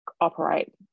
operate